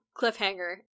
cliffhanger